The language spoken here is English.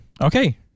Okay